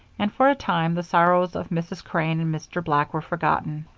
and, for a time, the sorrows of mrs. crane and mr. black were forgotten.